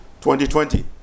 2020